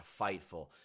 Fightful